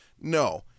no